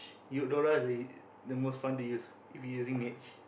Udora is the the most fun to use if you using mitch